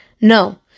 No